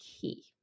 key